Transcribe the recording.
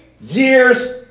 years